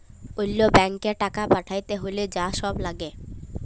অল্য ব্যাংকে টাকা পাঠ্যাতে হ্যলে যা ছব ল্যাগে